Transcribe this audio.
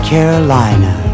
Carolina